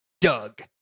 Doug